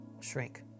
shrink